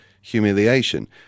humiliation